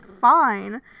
fine